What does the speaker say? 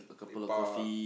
lepak